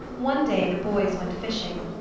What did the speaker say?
one day the boys went fishing.